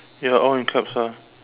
ya all in caps ah